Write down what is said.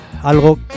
algo